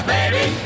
Baby